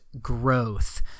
growth